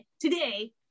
today